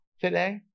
today